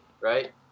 right